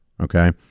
Okay